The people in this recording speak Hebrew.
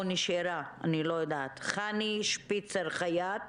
חני שפיצר חייט